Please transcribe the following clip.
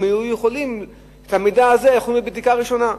היו יכולים את המידע הזה לקבל בבדיקה ראשונה.